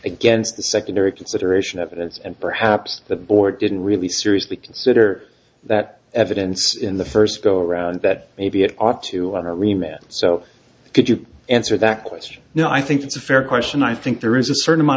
against the secondary consideration evidence and perhaps the board didn't really seriously consider that evidence in the first go around that maybe it ought to honor e mail so could you answer that question no i think it's a fair question i think there is a certain amount